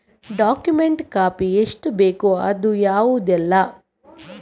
Document copy ಎಷ್ಟು ಬೇಕು ಅದು ಯಾವುದೆಲ್ಲ?